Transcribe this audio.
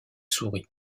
souris